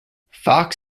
fox